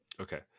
Okay